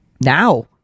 now